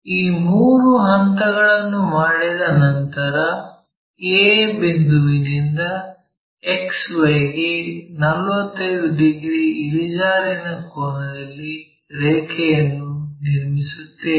ಈ ಮೂರು ಹಂತಗಳನ್ನು ಮಾಡಿದ ನಂತರ a ಬಿಂದುವಿನಿಂದ XY ಗೆ 45 ಡಿಗ್ರಿ ಇಳಿಜಾರಿನ ಕೋನದಲ್ಲಿ ರೇಖೆಯನ್ನು ನಿರ್ಮಿಸುತ್ತೇವೆ